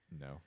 no